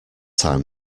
time